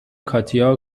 کاتیا